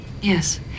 Yes